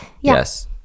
Yes